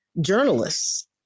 journalists